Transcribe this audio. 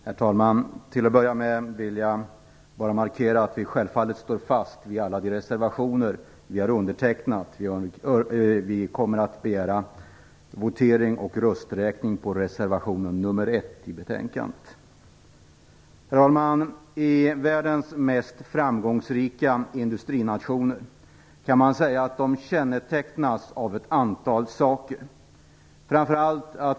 Herr talman! Till att börja med vill jag markera att vi självfallet står fast vid alla de reservationer vi har undertecknat. Vi kommer att begära votering och rösträkning på reservation 1 till betänkandet. Herr talman! Världens mest framgångsrika industrinationer kännetecknas av ett antal saker.